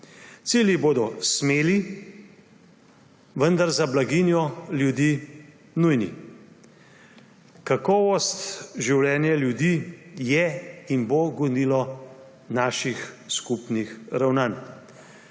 Cilji bodo smeli, vendar za blaginjo ljudi nujni. Kakovost življenja ljudi je in bo gonilo naših skupnih ravnanj.